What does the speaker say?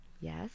Yes